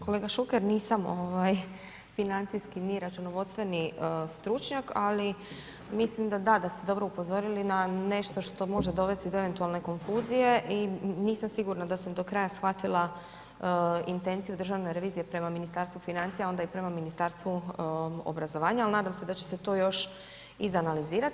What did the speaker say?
Kolega Šuker, nisam financijski ni računovodstveni stručnjak ali mislim da da, da ste dobro upozorili na nešto što može dovesti do eventualne konfuzije i nisam sigurna da sam do kraja shvatila intenciju državne revizije prema Ministarstvu financija, onda i prema Ministarstvu obrazovanja, al nadam se da će se to još izanalizirati.